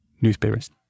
newspapers